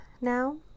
now